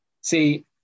See